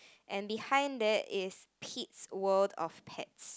and behind there is Pete's World of Pets